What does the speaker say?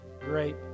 great